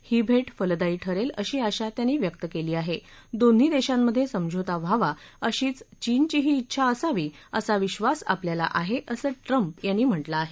ही भेट फलदायी ठरेल अशी आशा त्यांनी व्यक्त केली आहे दोन्ही देशांमधे समझोता व्हावा अशीच चीनचीही उंछा असावी असा विश्वास आपल्याला आहे असं ट्रंप यांनी म्हटलं आहे